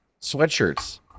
sweatshirts